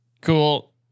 Cool